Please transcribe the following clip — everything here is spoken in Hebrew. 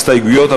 אין הסתייגויות,